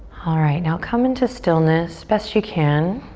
alright, now come into stillness best you can.